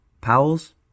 powell's